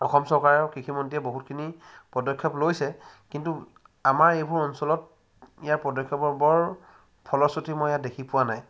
অসম চৰকাৰ আৰু কৃষিমন্ত্ৰীয়ে বহুতখিনি পদক্ষেপ লৈছে কিন্তু আমাৰ এইবোৰ অঞ্চলত ইয়াৰ পদক্ষেপৰ বৰ ফলশ্ৰুতি মই ইয়াত দেখি পোৱা নাই